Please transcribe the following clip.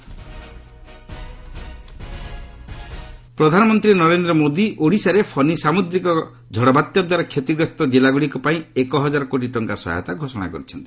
cyclone PM ପ୍ରଧାନମନ୍ତ୍ରୀ ନରେନ୍ଦ୍ର ମୋଦି ଓଡ଼ିଶାରେ ଫନୀ ସାମ୍ବଦ୍ରିକ ଝଡ଼ବାତ୍ୟାଦ୍ୱାରା କ୍ଷତିଗ୍ରସ୍ତ ଜିଲ୍ଲାଗୁଡ଼ିକ ପାଇଁ ଏକ ହଜାର କୋଟି ଟଙ୍କା ସହାୟତା ଘୋଷଣା କରିଛନ୍ତି